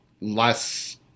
less